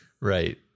Right